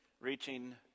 Reaching